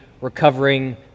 recovering